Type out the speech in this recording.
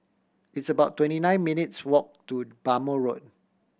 it's about twenty nine minutes' walk to Bhamo Road